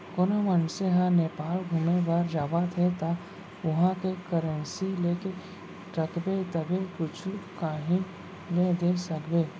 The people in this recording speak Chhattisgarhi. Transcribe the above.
कोनो मनसे ह नेपाल घुमे बर जावत हे ता उहाँ के करेंसी लेके रखबे तभे कुछु काहीं ले दे सकबे